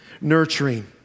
nurturing